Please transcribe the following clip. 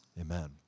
amen